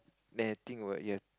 then the thing will you have